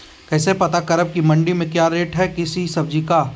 कैसे पता करब की मंडी में क्या रेट है किसी सब्जी का?